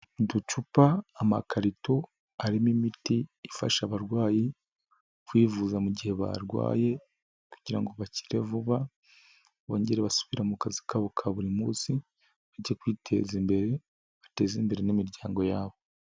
Uducupa amakarito arimo imiti ifasha abarwayi kwivuza mu gihe barwaye, kugira bakire vuba bongere basubira mu kazi kabo ka buri munsi, bajye kwiteza imbere ,bateze imbere n'imiryango yabo.